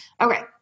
Okay